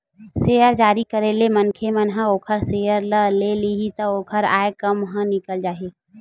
share जारी करे ले मनखे मन ह ओखर सेयर ल ले लिही त ओखर आय काम ह निकल जाही